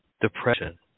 depression